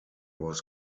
was